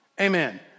Amen